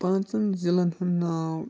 پانٛژن ضِلن ہُنٛد ناو